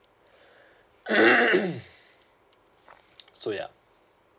mm so yeah